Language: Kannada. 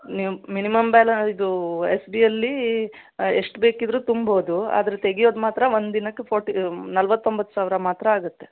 ನೀವು ಮಿನಿಮಮ್ ಬ್ಯಾಲ ಇದೂ ಎಸ್ ಬಿಯಲ್ಲಿ ಎಷ್ಟು ಬೇಕಿದ್ದರು ತುಂಬೋದು ಆದ್ರೆ ತೆಗಿಯೋದು ಮಾತ್ರ ಒಂದು ದಿನಕ್ಕೆ ಫೋರ್ಟಿ ನಲವತ್ತೊಂಬತ್ತು ಸಾವಿರ ಮಾತ್ರ ಆಗುತ್ತೆ